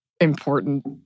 important